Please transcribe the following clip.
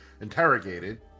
interrogated